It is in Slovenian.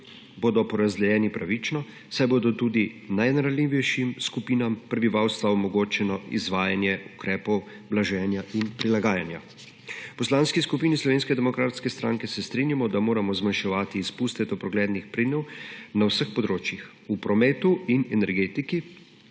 bodo porazdeljeni pravično, saj bo tudi najranljivejšim skupinam prebivalstva omogočeno izvajanje ukrepov blaženja in prilagajanja. V Poslanski skupini SDS se strinjamo, da moramo zmanjševati izpuste toplogrednih plinov na vseh področjih, v prometu in energetiki,